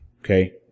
okay